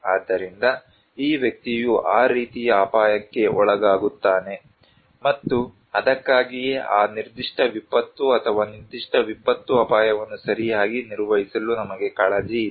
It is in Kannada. ಆದ್ದರಿಂದ ಈ ವ್ಯಕ್ತಿಯು ಆ ರೀತಿಯ ಅಪಾಯಕ್ಕೆ ಒಳಗಾಗುತ್ತಾನೆ ಮತ್ತು ಅದಕ್ಕಾಗಿಯೇ ಆ ನಿರ್ದಿಷ್ಟ ವಿಪತ್ತು ಅಥವಾ ನಿರ್ದಿಷ್ಟ ವಿಪತ್ತು ಅಪಾಯವನ್ನು ಸರಿಯಾಗಿ ನಿರ್ವಹಿಸಲು ನಮಗೆ ಕಾಳಜಿ ಇದೆ